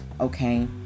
okay